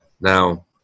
Now